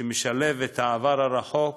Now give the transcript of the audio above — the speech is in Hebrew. שמשלב את העבר הרחוק